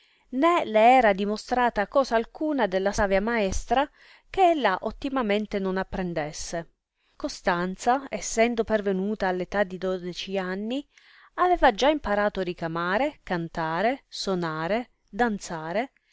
né le era dimostrata cosa alcuna dalla savia maestra che ella ottimamente non apprendesse costanza essendo pervenuta all età di dodeci anni aveva già imparato ricamare cantare sonare danzare